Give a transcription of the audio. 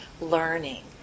learning